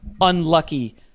unlucky